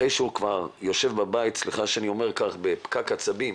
אחרי שהוא כבר יושב בבית וסליחה שאני אומר בפקק עצבים,